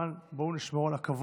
אבל בואו נשמור על הכבוד.